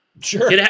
Sure